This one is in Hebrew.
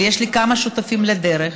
ויש לי כמה שותפים לדרך,